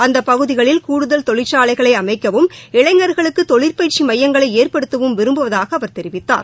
அந்த பகுதிகளில் கூடுதல் தொழிற்சாலைகளை அமைக்கவும் இளைஞர்களுக்கு தொழிற்பயிற்சி மையங்களை ஏற்படுத்தவும் விரும்புவதாக அவர் தெரிவித்தார்